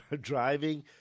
Driving